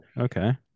Okay